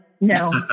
no